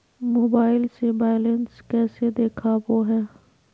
Mobile से balance कैसे देखाबो है?